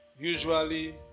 usually